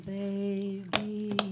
baby